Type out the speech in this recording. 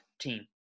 team